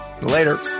Later